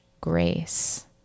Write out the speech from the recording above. grace